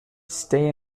stay